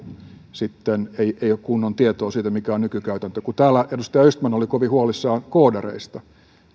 sitten ei ole kunnon tietoa siitä mikä on nykykäytäntö kun täällä edustaja östman oli kovin huolissaan koodareista